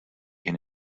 can